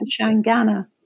Shangana